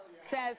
says